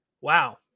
Wow